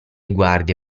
guardie